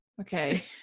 okay